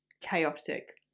chaotic